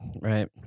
Right